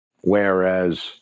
whereas